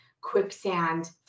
quicksand